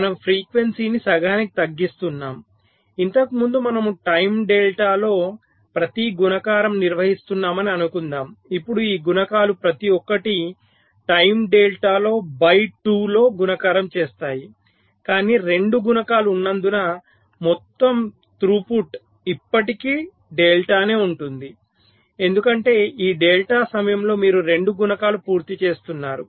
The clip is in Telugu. మనము ఫ్రీక్వెన్సీని సగానికి తగ్గిస్తున్నాము ఇంతకుముందు మనము టైమ్ డెల్టాలో ప్రతి గుణకారం నిర్వహిస్తున్నామని అనుకుందాం ఇప్పుడు ఈ గుణకాలు ప్రతి ఒక్కటి టైమ్ డెల్టాలో బై 2 లో గుణకారం చేస్తాయి కాని 2 గుణకాలు ఉన్నందున మొత్తం తృపుట్ ఇప్పటికి డెల్టా ఉంటుంది ఎందుకంటే ఈ డెల్టా సమయంలో మీరు 2 గుణకాలు పూర్తి చేస్తున్నారు